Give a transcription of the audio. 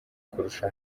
kurusha